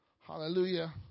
Hallelujah